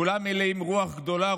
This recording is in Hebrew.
כולם מלאים רוח גדולה,